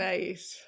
Nice